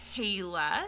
Kayla